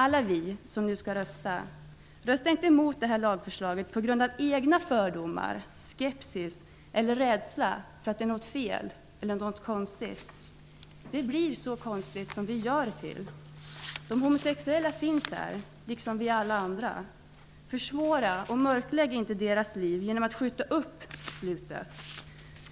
Alla vi som nu skall rösta: Rösta inte emot detta lagförslag på grund av egna fördomar, skepsis eller rädsla för att det är något fel eller något konstigt! Det blir så konstigt som vi gör det till. De homosexuella finns här liksom vi alla andra. Försvåra och mörklägg inte deras liv genom att skjuta upp beslutet!